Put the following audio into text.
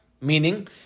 Meaning